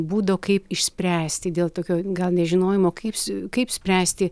būdo kaip išspręsti dėl tokio gal nežinojimo kaip su kaip spręsti